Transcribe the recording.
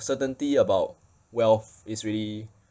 certainty about wealth is really